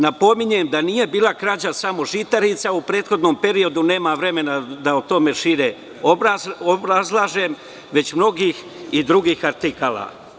Napominjem da nije bila krađa sam žitarica u prethodnom periodu, nema vremena da o tome šire obrazlažem, već i mnogih drugih artikala.